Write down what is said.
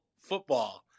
football